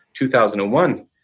2001